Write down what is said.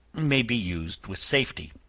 may be used with safety,